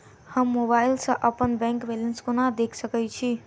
हम मोबाइल सा अपने बैंक बैलेंस केना देख सकैत छी?